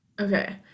Okay